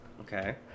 Okay